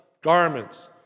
garments